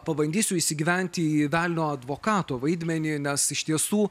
pabandysiu įsigyventi į velnio advokato vaidmenį nes iš tiesų